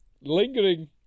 lingering